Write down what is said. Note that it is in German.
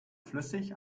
flüssig